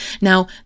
Now